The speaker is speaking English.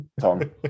tom